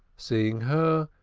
seeing her,